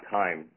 time